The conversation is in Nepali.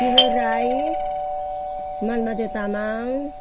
केदार राई मानमाचे तामाङ